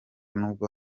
nubwo